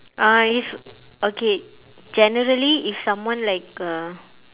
uh if okay generally if someone like uh